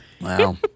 Wow